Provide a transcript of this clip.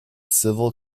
civil